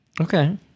okay